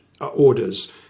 orders